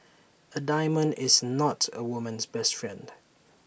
A diamond is not A woman's best friend